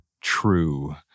true